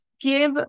give